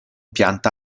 pianta